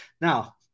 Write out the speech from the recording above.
Now